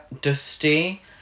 dusty